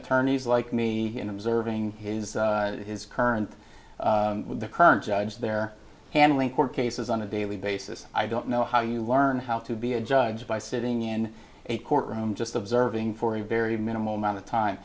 attorneys like me in observing his current with the current judge there handling court cases on a daily basis i don't know how you learn how to be a judge by sitting in a courtroom just observing for a very minimal amount of time